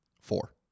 Four